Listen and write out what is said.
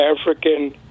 African